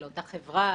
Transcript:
לאותה חברה,